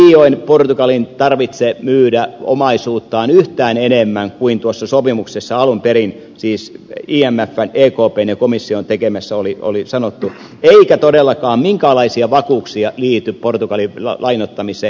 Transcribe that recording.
ei liioin portugalin tarvitse myydä omaisuuttaan yhtään enempää kuin tuossa sopimuksessa alun perin siis imfn ekpn ja komission tekemässä oli sanottu eikä todellakaan minkäänlaisia vakuuksia liity portugalin lainoittamiseen